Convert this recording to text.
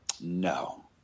No